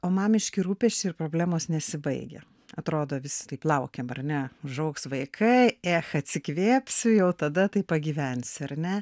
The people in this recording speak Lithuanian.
o mamiški rūpesčiai ir problemos nesibaigia atrodo visi taip laukėm ar ne užaugs vaikai ech atsikvėpsiu jau tada taip pagyvensiu ar ne